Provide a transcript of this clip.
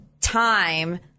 time